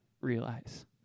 realize